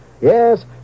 Yes